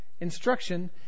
Instruction